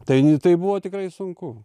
tai tai buvo tikrai sunku